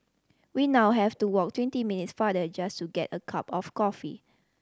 we now have to walk twenty minutes farther just to get a cup of coffee